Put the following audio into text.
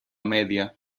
media